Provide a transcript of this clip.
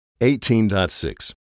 18.6